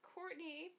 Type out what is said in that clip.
Courtney